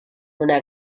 una